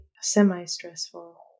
semi-stressful